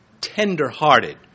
Tender-hearted